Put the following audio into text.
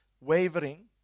wavering